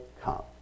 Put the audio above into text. come